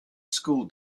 school